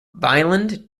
vineland